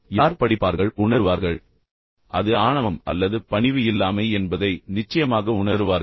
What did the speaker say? யார் படிப்பார்கள் உணருவார்கள் அது ஆணவம் அல்லது பணிவு இல்லாமை என்பதை நிச்சயமாக உணருவார்கள்